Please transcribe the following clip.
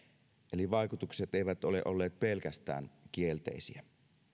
eli vaikutukset eivät ole olleet pelkästään kielteisiä